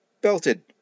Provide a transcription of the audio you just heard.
belted